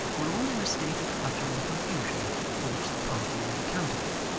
were all in a state of flutter and confusion for which the party was accountable,